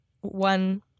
one